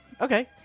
Okay